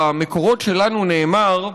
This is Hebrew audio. במקורות שלנו נאמר: